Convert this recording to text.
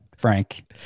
Frank